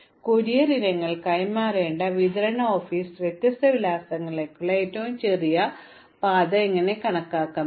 അതിനാൽ കൊറിയർ ഇനങ്ങൾ കൈമാറേണ്ട വിതരണ ഓഫീസിൽ നിന്ന് വ്യത്യസ്ത വിലാസങ്ങളിലേക്കുള്ള ഏറ്റവും ചെറിയ പാത നിങ്ങൾ എങ്ങനെ കണക്കാക്കും